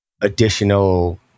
additional